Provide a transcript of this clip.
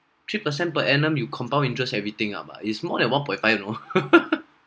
three percent per annum you compound interest everything up ah is more than one point five you know